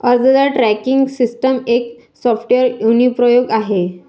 अर्जदार tracking system एक software अनुप्रयोग आहे